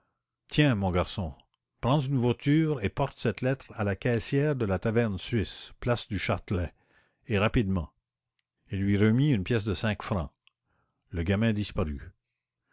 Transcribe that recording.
tiens mon garçon prends une voiture et porte cette lettre à la caissière de la taverne suisse place du châtelet et rapidement il lui remit une pièce de cinq francs le gamin disparut